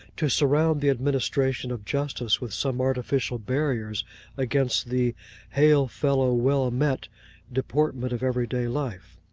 to surround the administration of justice with some artificial barriers against the hail fellow, well met' deportment of everyday life.